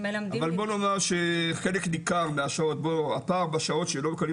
אבל בוא נאמר שחלק ניכר מהשעות שבו פועלים